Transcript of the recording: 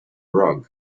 rug